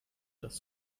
das